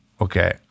Okay